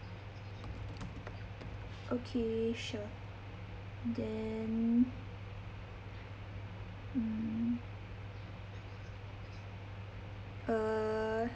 okay sure then mm uh